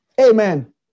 Amen